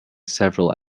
several